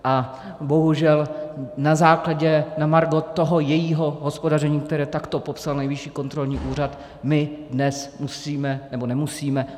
A bohužel na základě, na margo toho jejího hospodaření, které takto popsal Nejvyšší kontrolní úřad, my dnes musíme nebo nemusíme.